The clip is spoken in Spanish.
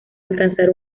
alcanzar